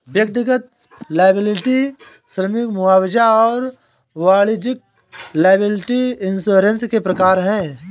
व्यक्तिगत लॉयबिलटी श्रमिक मुआवजा और वाणिज्यिक लॉयबिलटी इंश्योरेंस के प्रकार हैं